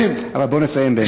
אבל בוא נסיים באמת.